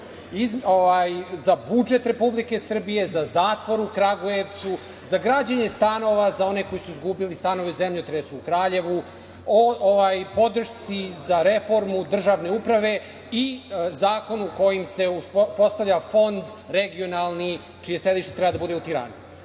za budžet Republike Srbije, za zatvor u Kragujevcu, za građenje stanova za one koji su izgubili stanove u zemljotresu u Kraljevu, o podršci za reformu državne uprave i zakonom kojim se uspostavlja fond regionalni, čije sedište treba da bude u